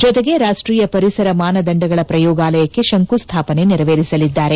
ಜೊತೆಗೆ ರಾಷ್ಟೀಯ ಪರಿಸರ ಮಾನದಂಡಗಳ ಪ್ರಯೋಗಾಲಯಕ್ಕೆ ಶಂಕುಸ್ಲಾಪನೆ ನೆರವೇರಿಸಲಿದ್ದಾರೆ